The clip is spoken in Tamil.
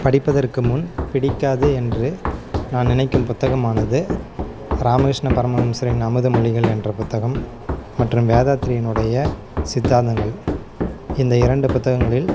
படிப்பதற்கு முன்பு பிடிக்காது என்று நான் நினைக்கும் புத்தகமானது ராமகிருஷ்ண பரமஹம்சரின் அமுத மொழிகள் என்ற புத்தகம் மற்றும் வேதாத்திரியினுடைய சித்தாந்தங்கள் இந்த இரண்டு புத்தகங்களில்